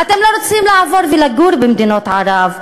אתם לא רוצים לעבור ולגור במדינות ערב,